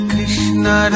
Krishna